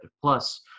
plus